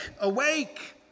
awake